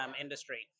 industry